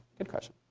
good question.